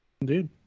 Indeed